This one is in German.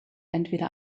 entweder